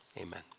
amen